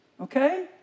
Okay